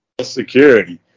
Security